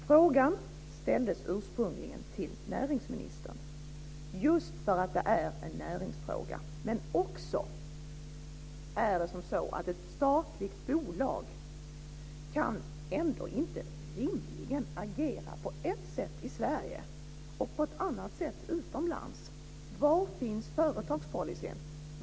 Frågan ställdes ursprungligen till näringsministern just därför att det är en näringsfråga, men också är det så att ett statligt bolag rimligen inte kan agera på ett sätt i Sverige och på ett annat sätt utomlands. Var finns företagspolicyn?